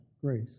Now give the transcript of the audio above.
grace